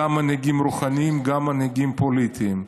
גם מנהיגים רוחניים, גם מנהיגים פוליטיים.